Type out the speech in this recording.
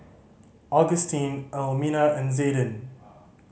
Augustin Elmina and Zayden